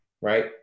right